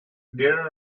there